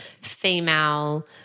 female